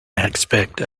aspect